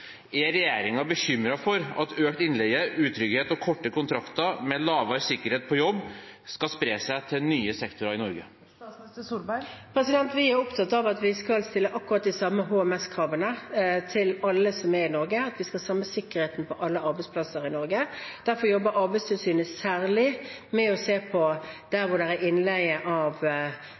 Er regjeringen bekymret for at økt innleie, utrygghet og korte kontrakter med lavere sikkerhet på jobb skal spre seg til nye sektorer i Norge? Vi er opptatt av at vi skal stille akkurat de samme HMS-kravene til alle som er i Norge, at vi skal ha den samme sikkerheten på alle arbeidsplasser i Norge. Derfor jobber Arbeidstilsynet særlig med å se på der det er innleie av